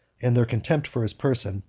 and their contempt for his person,